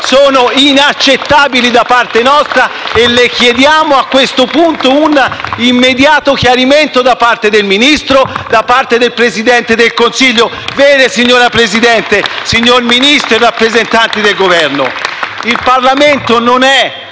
sono inaccettabili da parte nostra e le chiediamo, a questo punto, un immediato chiarimento da parte del Ministro e da parte del Presidente del Consiglio. *(Applausi dal Gruppo PD)*. Signor Presidente, signor Ministro e rappresentanti del Governo, vedete, il Parlamento non è